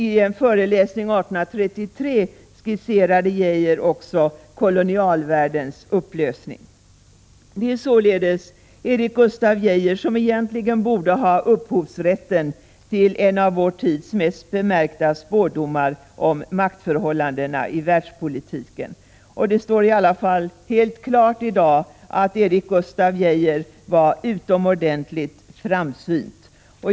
I en föreläsning 1833 skisserade Geijer också kolonialväldenas upplösning. Det är således Erik Gustaf Geijer som egentligen borde ha upphovsrätten till en av vår tids mest bemärkta spådomar om maktförhållandena i världspolitiken. Det står i alla fall helt klart i dag att Erik Gustaf Geijer var utomordentligt framsynt.